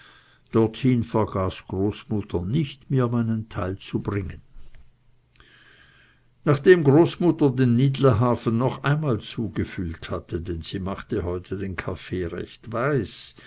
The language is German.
dorthin vergaß großmutter nicht mir meinen teil zu bringen nachdem großmutter den nidlehafen noch einmal zugefüllt hatte denn sie machte heute den kaffee recht weiß